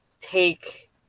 take